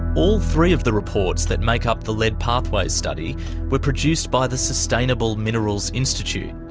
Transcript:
all three of the reports that make up the lead pathways study were produced by the sustainable minerals institute.